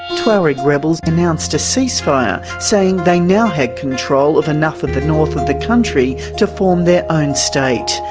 tuareg rebels announced a ceasefire, saying they now had control of enough of the north of the country to form their own state.